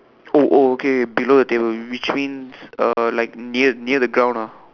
oh oh okay okay below the table which means uh like near the near the ground ah